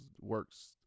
works